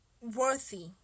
worthy